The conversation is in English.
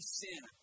sin